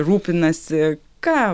rūpinasi ką